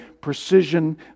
precision